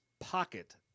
pocket